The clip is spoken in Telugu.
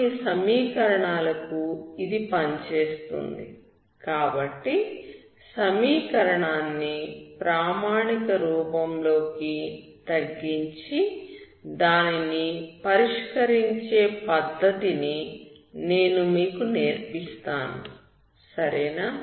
కొన్ని సమీకరణాలకు ఇది పనిచేస్తుంది కాబట్టి సమీకరణాన్ని ప్రామాణిక రూపంలోకి తగ్గించి దానిని పరిష్కరించే పద్ధతిని నేను మీకు నేర్పిస్తాను సరేనా